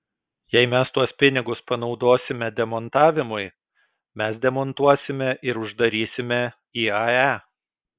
jei mes tuos pinigus panaudosime demontavimui mes demontuosime ir uždarysime iae